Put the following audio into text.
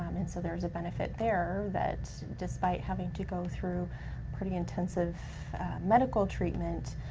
um and so there's a benefit there that despite having to go through pretty intensive medical treatment,